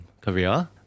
career